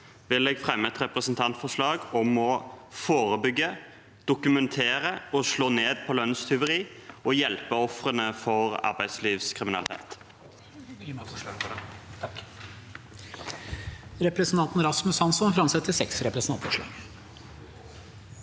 vil jeg fremme et representantforslag om å forebygge, dokumentere og slå ned på lønnstyveri, og hjelpe ofrene for arbeidslivskriminalitet.